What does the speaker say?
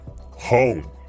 home